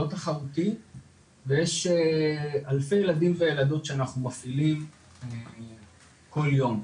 לא תחרותי ויש אלפי ילדים וילדות שאנחנו מפעילים כל יום,